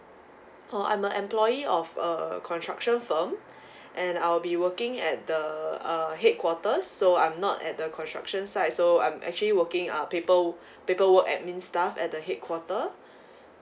orh I'm a employee of a construction firm and I'll be working at the err headquarter so I'm not at the construction site so I'm actually working uh paper paper work admin staff at the headquarter